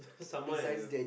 someone I love